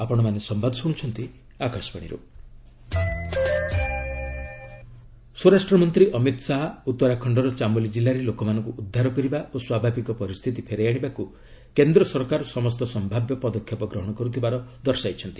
HM Uttarakhand ସ୍ୱରାଷ୍ଟ୍ର ମନ୍ତ୍ରୀ ଅମିତ ଶାହା ଉତ୍ତରାଖଣ୍ଡର ଚାମୋଲି ଜିଲ୍ଲାରେ ଲୋକମାନଙ୍କୁ ଉଦ୍ଧାର କରିବା ଓ ସ୍ୱଭାବିକ ପରିସ୍ଥିତି ଫେରାଇ ଆଶିବାକୁ କେନ୍ଦ୍ର ସରକାର ସମସ୍ତ ସମ୍ଭାବ୍ୟ ପଦକ୍ଷେପ ଗ୍ରହଣ କରୁଥିବାର ଦର୍ଶାଇଛନ୍ତି